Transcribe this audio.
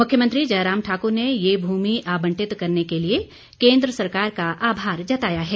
मुख्यमंत्री जयराम ठाकुर ने ये भूमि आबंटित करने के लिए केन्द्र सरकार का आभार जताया है